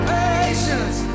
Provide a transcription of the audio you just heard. patience